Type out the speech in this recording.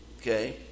Okay